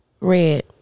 Red